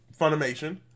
Funimation